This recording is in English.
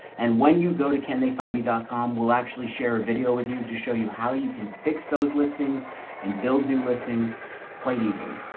and when you go to ken, they find me dot com we'll actually share a video with you to show you how you can fix those listings and build new listings quite easily.